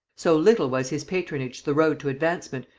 so little was his patronage the road to advancement,